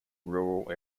rural